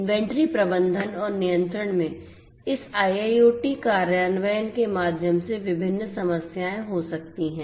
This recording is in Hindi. इन्वेंट्री प्रबंधन और नियंत्रण में इस IIoT कार्यान्वयन के माध्यम से विभिन्न समस्याएं हो सकती हैं